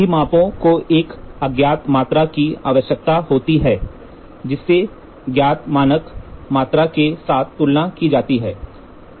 सभी मापों को एक अज्ञात मात्रा की आवश्यकता होती है जिसे ज्ञात मानक मात्रा के साथ तुलना की जाती है